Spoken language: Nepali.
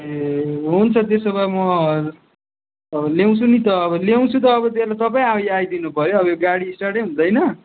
ए हुन्छ त्यसो भए म ल्याउँछु नि त ल्याउँछु त अब तपाईँ आइदिनु पऱ्यो अब यो गाडी स्टार्टै हुँदैन